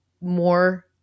more